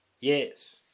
Yes